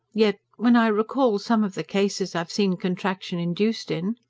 yet, when i recall some of the cases i've seen contraction induced in.